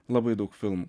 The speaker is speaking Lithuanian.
labai daug filmų